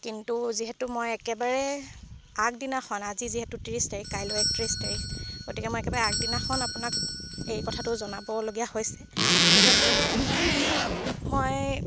কিন্তু যিহেতু মই একেবাৰে আগদিনাখন আজি যিহেতু ত্ৰিছ তাৰিখ কাইলৈ একত্ৰিছ তাৰিখ গতিকে মই একেবাৰে আগদিনাখন আপোনাক এই কথাটো জনাবলগীয়া হৈছে সেইবাবে মই